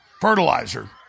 fertilizer